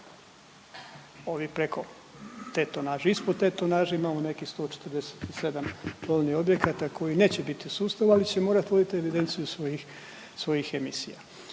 ovi preko te tonaže. Ispod te tonaže imamo nekih 147 plovnih objekata koji neće biti u sustavu, ali će morati voditi evidenciju svojih emisija.